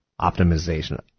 Optimization